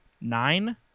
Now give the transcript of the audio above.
nine